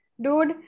dude